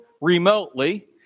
remotely